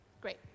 Great